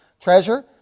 treasure